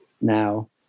now